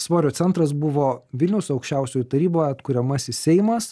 svorio centras buvo vilniaus aukščiausioji taryba atkuriamasis seimas